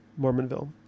Mormonville